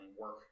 work